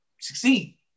succeed